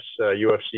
UFC